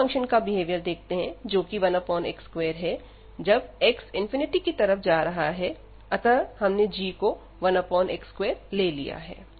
दूसरे फंक्शन का बिहेवियर देखते हैं जोकि 1x2है जबकि x की तरफ जा रहा है अतः हमने g को 1x2 ले लिया है